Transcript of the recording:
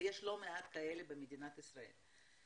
ויש לא מעט כאלה במדינת ישראל.